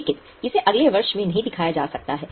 लेकिन इसे अगले वर्ष में नहीं दिखाया जा सकता है